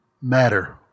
matter